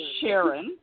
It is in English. Sharon